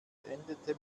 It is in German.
endete